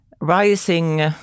rising